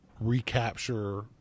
recapture